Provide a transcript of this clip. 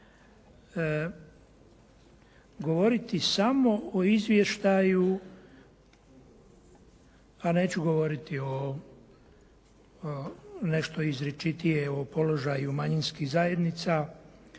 govoriti samo o izvještaju a neću govoriti nešto izričitije o položaju manjinskih zajednica